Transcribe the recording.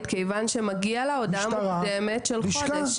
דיווחים, המון דיווחים כאלו על אלימות.